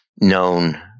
known